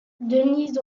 denise